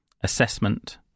Assessment